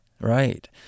right